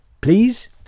Please